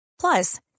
Plus